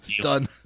Done